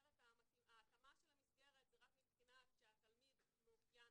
ההתאמה של המסגרת זה רק מבחינה שהתלמיד מאופיין